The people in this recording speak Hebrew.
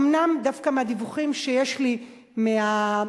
אומנם, דווקא מהדיווחים שיש לי מהמשטרה,